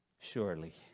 Surely